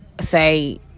say